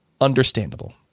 understandable